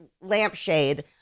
lampshade